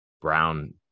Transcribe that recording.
Brown –